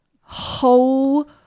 whole